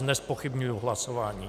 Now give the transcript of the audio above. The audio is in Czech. Nezpochybňuji hlasování.